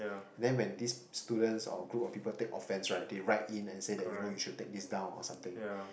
then when these students or group of people take offense right they write in and say that you know you should take these down or something